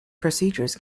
procedures